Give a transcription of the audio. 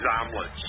omelets